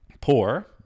poor